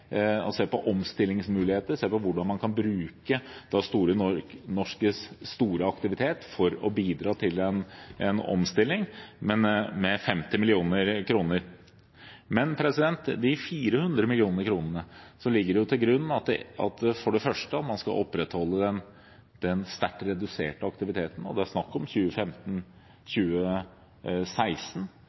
se på omstillingsmuligheter, se på hvordan man kan bruke Store Norskes store aktivitet for å bidra til en omstilling – men med 50 mill. kr. For 400 mill. kr ligger det til grunn at man skal opprettholde den sterkt reduserte aktiviteten – og det er snakk om 2015, 2016